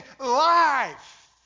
life